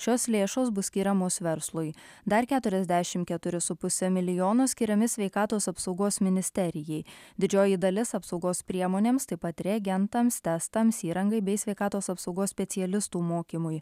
šios lėšos bus skiriamos verslui dar keturiasdešim keturi su puse milijono skiriami sveikatos apsaugos ministerijai didžioji dalis apsaugos priemonėms taip pat reagentams testams įrangai bei sveikatos apsaugos specialistų mokymui